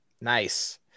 Nice